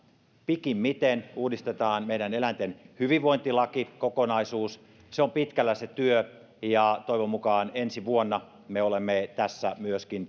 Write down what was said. pikimmiten uudistetaan meidän eläinten hyvinvointilakikokonaisuus se työ on pitkällä ja toivon mukaan ensi vuonna me olemme